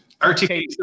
RTK